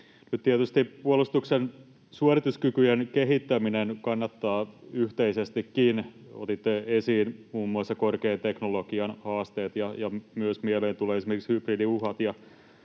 tietysti puolustuksen suorituskykyjen kehittäminen kannattaa yhteisestikin. Otitte esiin muun muassa korkean teknologian haasteet, ja mieleen tulee myös esimerkiksi hybridiuhat